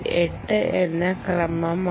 8 എന്ന ക്രമമാണ്